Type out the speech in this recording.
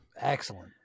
Excellent